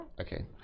Okay